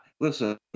listen –